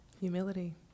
Humility